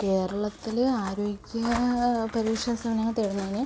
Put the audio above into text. കേരളത്തിൽ ആരോഗ്യ പരിരക്ഷാ സേവനങ്ങൾ തേടുന്നതിന്